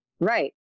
Right